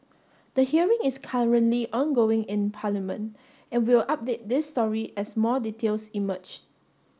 the hearing is currently ongoing in Parliament and we'll update this story as more details emerge